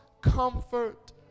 comfort